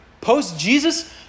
post-Jesus